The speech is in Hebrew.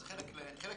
זה חלק מהמגדלים.